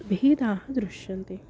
भेदाः दृश्यन्ते